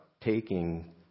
taking